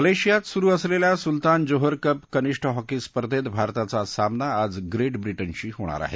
मलेशियात सुरु असलेल्या सुलतान जोहर कप कनिष्ठ हॉकी स्पर्धेत भारताचा सामना आज ग्रेट ब्रिटनशी होणार आहे